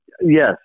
yes